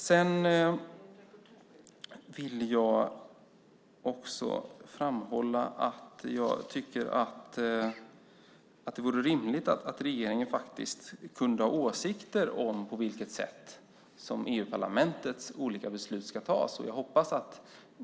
Jag vill också framhålla att det vore rimligt att regeringen kunde ha åsikter om på vilket sätt EU-parlamentets olika beslut ska fattas.